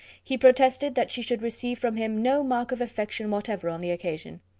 he protested that she should receive from him no mark of affection whatever on the occasion.